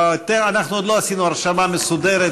עוד לא עשינו הרשמה מסודרת,